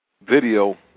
video